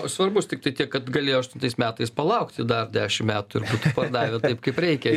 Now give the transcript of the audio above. svarbus tiktai tiek kad galėjo aštuntais metais palaukti dar dešimt metų ir būtų pardavę taip kaip reikia